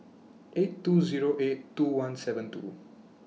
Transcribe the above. eight two Zero eight two one seven two